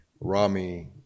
Rami